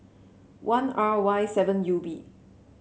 one R Y seven U B